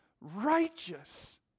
righteous